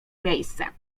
miejsce